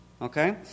Okay